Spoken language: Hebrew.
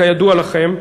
כידוע לכם,